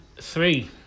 three